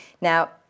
Now